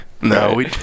No